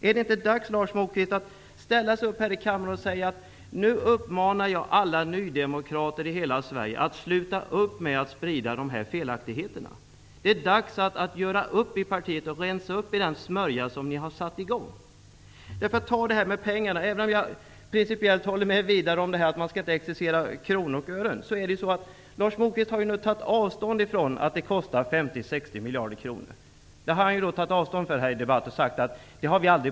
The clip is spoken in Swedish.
Är det inte dags att ställa sig upp här i kammaren och uppmana alla nydemokrater i hela Sverige att sluta upp med att sprida dessa felaktigheter, Lars Moquist? Det är dags att göra upp i partiet och rensa upp i den smörja som ni har börjat sprida. Även om jag principiellt håller med Widar Andersson om att man inte skall exercera i kronor och ören vill jag ändå kommentera frågan om kostnaderna. Lars Moquist har nu tagit avstånd ifrån påståendet att flyktingmottagandet kostar 50-- 60 miljarder kronor. Han säger i dagens debatt att man i Ny demokrati aldrig har påstått att det var så.